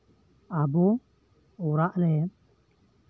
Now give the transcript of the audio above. ᱟᱵᱚ ᱚᱲᱟᱜ ᱨᱮ